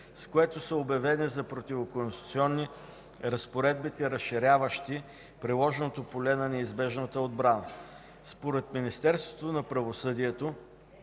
с което са обявени за противоконституционни разпоредбите, разширяващи приложното поле на неизбежната отбрана. Според Министерството на правосъдието